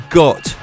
got